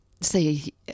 see